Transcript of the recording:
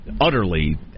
utterly